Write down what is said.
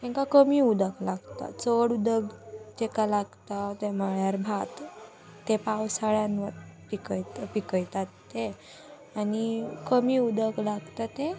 तांकां कमी उदक लागता चड उदक तेका लागता तें म्हळ्यार भात तें पावसाळ्यान पिकयता पिकयतात ते आनी कमी उदक लागता तें